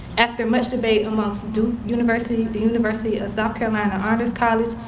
after much debate amongst duke university, the university of south carolina honors college,